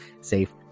Safe